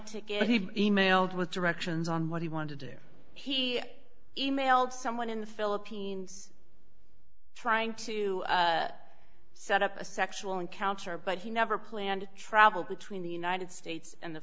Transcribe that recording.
ticket he e mailed with directions on what he wanted to do he e mailed someone in the philippines trying to set up a sexual encounter but he never planned to travel between the united states and the